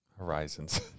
horizons